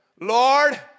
Lord